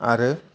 आरो